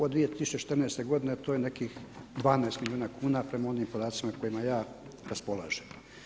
Od 2014. godine to je nekih 12 milijuna kuna prema onim podacima kojima ja raspolažem.